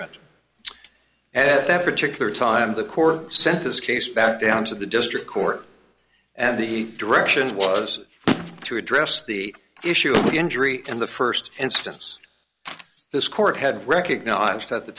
judgment and at that particular time the court sent this case back down to the district court and the directions was to address the issue of the injury in the first instance this court had recognized at the